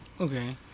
Okay